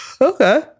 Okay